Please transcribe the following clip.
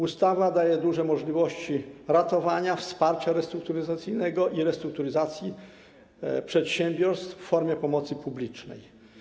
Ustawa daje duże możliwości ratowania, wsparcia restrukturyzacyjnego i restrukturyzacji przedsiębiorstw w formie pomocy publicznej.